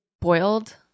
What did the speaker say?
boiled